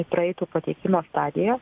praeitų pateikimo stadiją